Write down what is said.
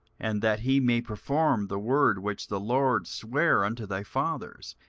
and that he may perform the word which the lord sware unto thy fathers,